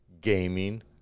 gaming